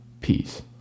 peace